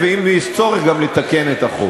ואם אבחר לסכם אשיב לך,